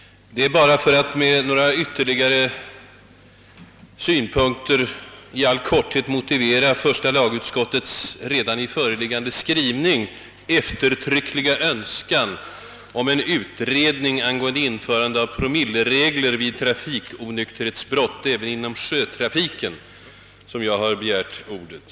Det är bara för att med några ytterligare synpunkter i all korthet motivera första lagutskottets redan i föreliggande skrivning eftertryckligt uttalade önskan om en utredning angående införande av promilleregler vid trafikonykterhetsbrott även inom sjötrafiken som jag har begärt ordet.